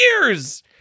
years